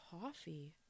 coffee